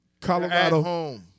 Colorado